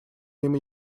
ним